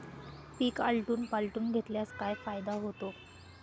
पीक आलटून पालटून घेतल्यास काय फायदा होतो?